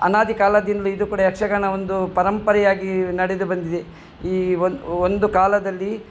ಅನಾದಿ ಕಾಲದಿಂದಲು ಇದು ಕೂಡ ಯಕ್ಷಗಾನ ಒಂದು ಪರಂಪರೆಯಾಗಿ ನಡೆದು ಬಂದಿದೆ ಈ ಒಂದು ಕಾಲದಲ್ಲಿ